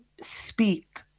speak